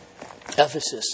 Ephesus